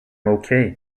okay